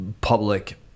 public